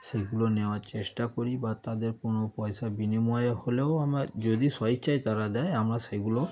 সেগুলো নেওয়ার চেষ্টা করি বা তাদের কোনো পয়সার বিনিময়ে হলেও আমার যদি স্ব ইচ্ছায় তারা দেয় আমরা সেগুলো